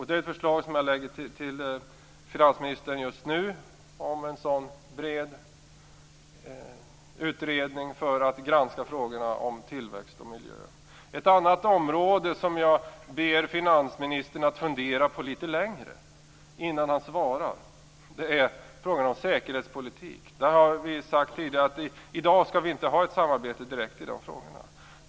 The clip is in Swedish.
Det är ett förslag som jag lägger fram till finansministern just nu, ett förslag om en sådan bred utredning för att granska frågorna om tillväxt och miljö. Ett annat område som jag ber finansministern att fundera på litet längre innan han svarar är frågan om säkerhetspolitik. Vi har tidigare sagt att vi i dag inte skall ha något direkt samarbete i de frågorna.